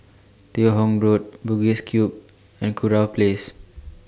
Teo Hong Road Bugis Cube and Kurau Place